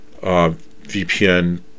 VPN